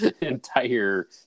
entire